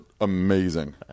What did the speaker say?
amazing